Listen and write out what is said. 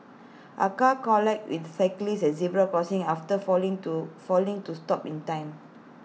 A car collided with cyclist at A zebra crossing after failing to failing to stop in time